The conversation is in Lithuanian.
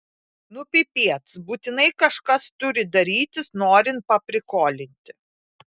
nu pipiec būtinai kažkas turi darytis norint paprikolinti